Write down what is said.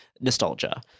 nostalgia